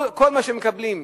כל מה שהם מקבלים,